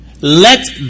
let